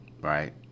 right